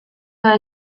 were